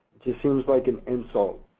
just seems like an insult,